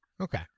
Okay